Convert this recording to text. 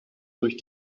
durch